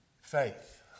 Faith